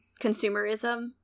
consumerism